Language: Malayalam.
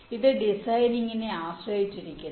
ഇത് ഡിസൈനിനെ ആശ്രയിച്ചിരിക്കുന്നു